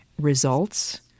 results